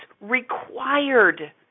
required